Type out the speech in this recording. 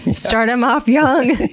start em off young.